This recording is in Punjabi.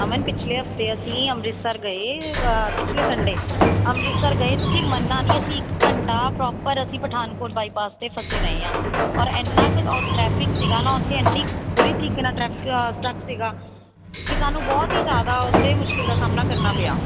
ਅਮਨ ਪਿਛਲੇ ਹਫਤੇ ਅਸੀਂ ਅੰਮ੍ਰਿਤਸਰ ਗਏ ਪਿਛਲੇ ਸੰਡੇ ਅੰਮ੍ਰਿਤਸਰ ਗਏ ਤੁਸੀਂ ਮੰਨਣਾ ਨਹੀਂ ਅਸੀਂ ਇੱਕ ਘੰਟਾ ਪ੍ਰੋਪਰ ਅਸੀਂ ਪਠਾਨਕੋਟ ਬਾਈਪਾਸ 'ਤੇ ਫਸੇ ਰਹੇ ਹਾਂ ਔਰ ਇੰਨਾ ਕੁ ਟਰੈਫਿਕ ਸੀਗਾ ਨਾ ਉੱਥੇ ਇੰਨੀ ਬੁਰੀ ਤਰੀਕੇ ਨਾਲ ਟਰੈਫਕ ਟਰੱਕ ਸੀਗਾ ਕਿ ਸਾਨੂੰ ਬਹੁਤ ਹੀ ਜ਼ਿਆਦਾ ਉੱਥੇ ਮੁਸ਼ਕਿਲ ਦਾ ਸਾਹਮਣਾ ਕਰਨਾ ਪਿਆ